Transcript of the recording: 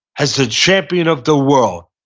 as the champion of the world.